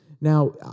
Now